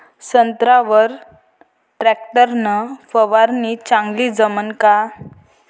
संत्र्यावर वर टॅक्टर न फवारनी चांगली जमन का?